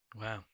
wow